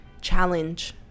challenge